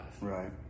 Right